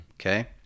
Okay